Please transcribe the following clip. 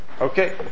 Okay